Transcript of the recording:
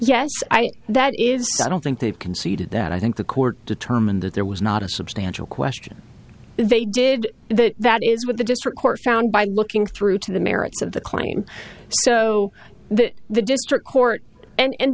yes that is i don't think they've conceded that i think the court determined that there was not a substantial question they did and that that is what the district court found by looking through to the merits of the claim so that the district court and